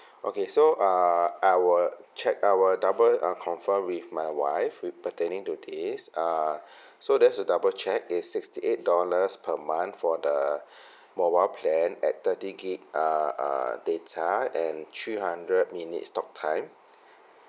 okay so err I will check I will double uh confirm with my wife with pertaining to this uh so just to double check it's sixty eight dollars per month for the mobile plan at thirty gig uh uh data and three hundred minutes talktime